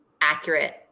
accurate